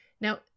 Now